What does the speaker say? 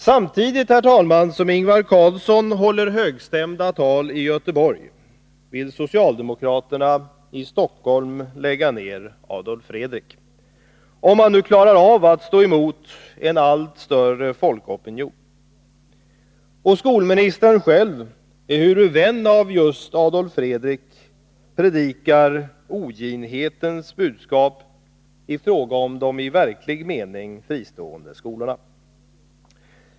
Samtidigt, herr talman, som Ingvar Carlsson håller högstämda tal i Göteborg vill socialdemokraterna i Stockholm lägga ner Adolf Fredrik — om man nu klarar av att stå emot en allt större folkopinion. Och skolministern själv, ehuru vän av just Adolf Fredrik, predikar oginhetens budskap i fråga om de i verklig mening fristående skolorna.